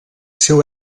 seu